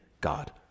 God